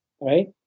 right